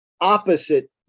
opposite